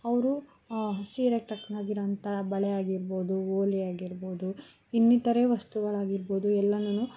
ಅವರು ಸೀರೆಗೆ ತಕ್ಕನಾಗಿರೋ ಅಂತ ಬಳೆ ಆಗಿರ್ಬೋದು ಓಲೆ ಆಗಿರ್ಬೋದು ಇನ್ನಿತರೆ ವಸ್ತುಗಳಾಗಿರ್ಬೋದು ಎಲ್ಲನೂ